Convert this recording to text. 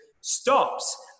stops